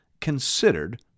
considered